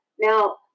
now